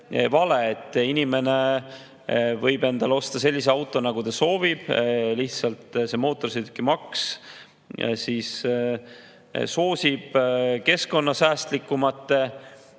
Inimene võib endale osta sellise auto, nagu ta soovib, lihtsalt mootorsõidukimaks soosib keskkonnasäästlikumate